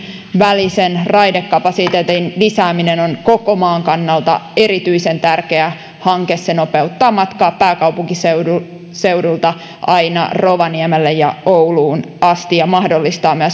välisen raidekapasiteetin lisääminen on koko maan kannalta erityisen tärkeä hanke se nopeuttaa matkaa pääkaupunkiseudulta aina ouluun ja rovaniemelle asti ja mahdollistaa